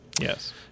yes